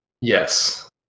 Yes